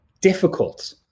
difficult